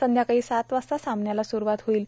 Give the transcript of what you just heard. संध्याकाळी सात वाजता सामन्याला स्रुवात होईल